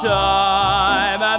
time